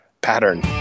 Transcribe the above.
pattern